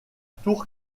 tour